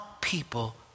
people